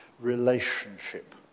relationship